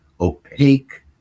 opaque